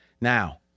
Now